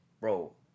bro